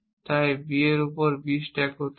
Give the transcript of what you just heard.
তাই B এর উপর B স্ট্যাক করতে চাই